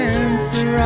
answer